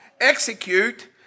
execute